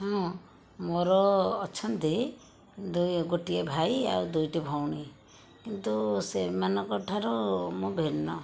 ହଁ ମୋର ଅଛନ୍ତି ଦୁଇ ଗୋଟିଏ ଭାଇ ଆଉ ଦୁଇଟି ଭଉଣୀ କିନ୍ତୁ ସେମାନଙ୍କଠାରୁ ମୁଁ ଭିନ୍ନ